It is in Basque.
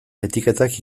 etiketak